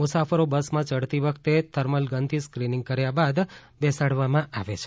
મુસાફરો બસમાં ચઢતી વખતે થર્મલ ગનથી સ્ક્રીનિંગ કર્યા બાદ મુસાફરોને બેસાડવામા આવે છે